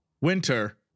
winter